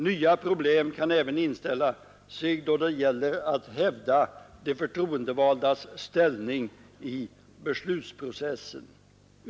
Nya problem kan även inställa sig då det gäller att hävda de förtroendevaldas ställning i beslutsprocessen.